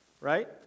Right